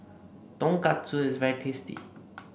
tonkatsu is very tasty